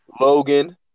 Logan